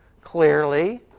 clearly